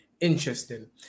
interesting